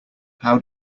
how